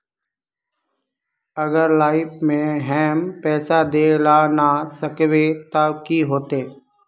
अगर लाइफ में हैम पैसा दे ला ना सकबे तब की होते?